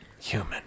Human